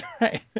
right